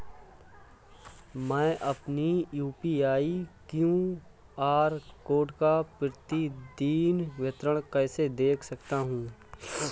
मैं अपनी UPI QR code का प्रतीदीन विवरण कैसे देख सकता हूँ?